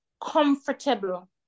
comfortable